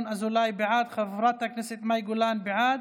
בעד, חבר הכנסת ינון אזולאי, בעד,